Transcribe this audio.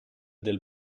del